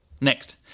Next